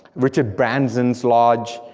richard branson's lodge,